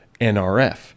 NRF